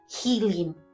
healing